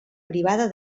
privada